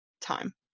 time